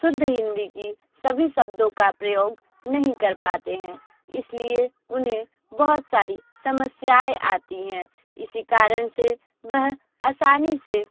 शुद्ध हिंदी की सभी शब्दों का प्रयोग नहीं कर पाते हैं इसलिए उन्हें बहुत सारी समस्याएँ आती हैं इसी कारण से वह आसानी से